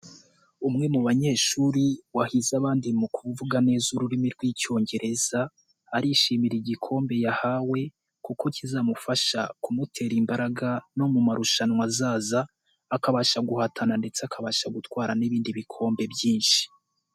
Umwe mu banyeshuri wahize abandi mu kuvuga neza ururimi rw'icyongereza, arishimira igikombe yahawe kuko kizamufasha kumutera imbaraga no mu marushanwa azaza, akabasha guhatana ndetse akabasha gutwara n'ibindi bikombe byinshi.